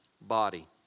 body